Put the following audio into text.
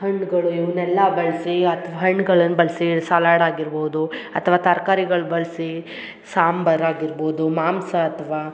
ಹಣ್ಣುಗಳು ಇವನ್ನೆಲ್ಲ ಬಳ್ಸಿ ಅಥ್ವ ಹಣ್ಗಳನ್ನ ಬಳ್ಸಿ ಸಲಾಡ್ ಆಗಿರ್ಬೋದು ಅಥ್ವ ತರ್ಕಾರಿಗಳ ಬಳ್ಸಿ ಸಾಂಬರ್ ಆಗಿರ್ಬೋದು ಮಾಂಸ ಅಥ್ವ